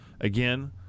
Again